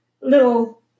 little